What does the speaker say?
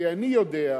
כי אני יודע,